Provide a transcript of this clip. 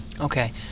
Okay